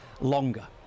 longer